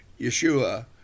Yeshua